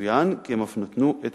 יצוין כי הם אף נתנו את